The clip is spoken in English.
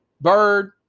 Bird